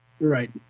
Right